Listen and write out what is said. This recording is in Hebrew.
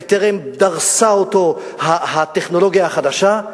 בטרם דרסה אותו הטכנולוגיה החדשה,